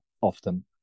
often